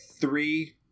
three